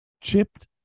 chipped